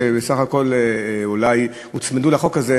שבסך הכול אולי הוצמדו לחוק הזה,